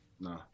No